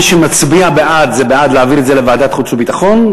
מי שמצביע בעד זה בעד להעביר את זה לוועדת החוץ והביטחון,